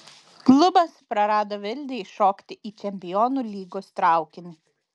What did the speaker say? klubas prarado viltį įšokti į čempionų lygos traukinį